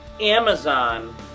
Amazon